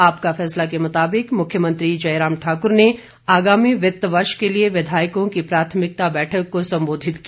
आपका फैसला के मुताबिक मुख्यमंत्री जयराम ठाकुर ने आगामी वित्त वर्ष के लिए विधायकों की प्राथमिका बैठक को संबोधित किया